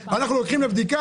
אנחנו לוקחים לבדיקה,